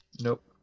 Nope